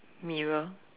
mirror